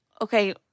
okay